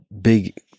big